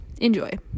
enjoy